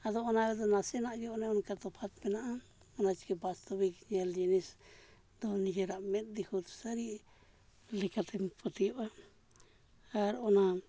ᱟᱫᱚ ᱚᱱᱟᱜᱮ ᱱᱟᱥᱮᱱᱟᱜ ᱜᱮ ᱚᱱᱮ ᱚᱱᱠᱟ ᱛᱚᱯᱷᱟᱛ ᱢᱮᱱᱟᱜᱼᱟ ᱚᱱᱟ ᱪᱤᱠᱟᱹ ᱵᱟᱥᱛᱚᱵᱤᱠ ᱧᱮᱞ ᱡᱤᱱᱤᱥ ᱫᱚ ᱱᱤᱡᱮᱨᱟᱜ ᱢᱮᱫ ᱫᱤᱠᱷᱩᱛ ᱥᱟᱨᱤ ᱞᱮᱠᱟ ᱛᱮᱢ ᱯᱟᱹᱛᱭᱟᱹᱜᱼᱟ ᱟᱨ ᱚᱱᱟ